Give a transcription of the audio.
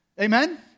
Amen